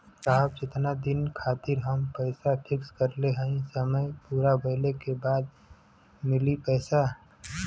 साहब जेतना दिन खातिर हम पैसा फिक्स करले हई समय पूरा भइले के बाद ही मिली पैसा?